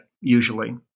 Usually